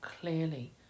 clearly